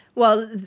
well,